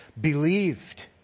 believed